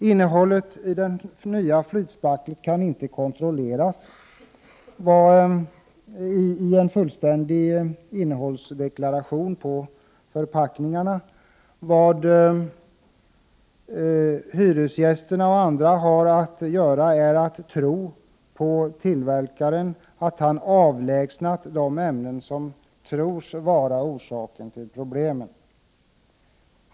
Innehållet i det nya flytspacklet kan inte kontrolleras i en fullständig innehållsdeklaration på förpackningarna. Vad hyresgästerna och andra har att göra är att tro på tillverkarens ord att han har avlägsnat de ämnen som tros vara orsaken till problemen.